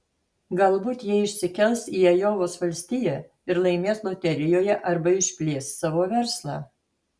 galbūt jie išsikels į ajovos valstiją ir laimės loterijoje arba išplės savo verslą